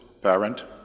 parent